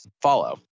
follow